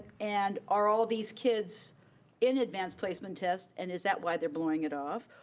and are all these kids in advanced placement tests and is that why they're blowing it off?